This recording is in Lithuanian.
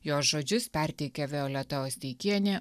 jos žodžius perteikė violeta osteikienė